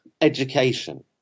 education